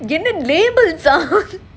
what என்னது:ennathu labels ah